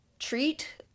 treat